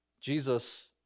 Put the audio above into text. Jesus